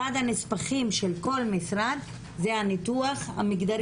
אחד הנספחים של כל משרד זה הניתוח המגדרי.